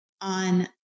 on